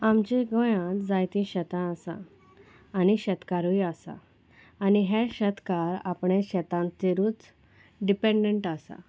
आमचे गोंयांत जायतीं शेतां आसा आनी शेतकारूय आसा आनी हे शेतकार आपणें शेतांचेरूच डिपेंडंट आसा